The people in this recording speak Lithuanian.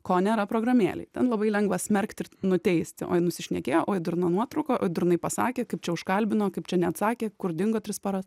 ko nėra programėlėj ten labai lengva smerkti ir nuteisti oi nusišnekėjo oi durna nuotrauka durnai pasakė kaip čia užkalbino kaip čia neatsakė kur dingo tris paras